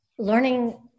Learning